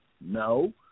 No